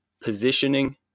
positioning